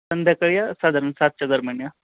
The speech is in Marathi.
संध्याकाळी या साधारण सातच्या दरम्यान या